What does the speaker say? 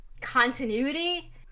continuity